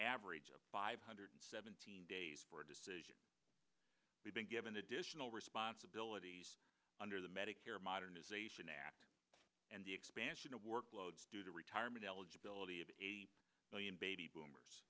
average of five hundred seventeen days for a decision we've been given additional responsibilities under the medicare modernization act and the expansion of workloads to the retirement eligibility of eight million baby boomers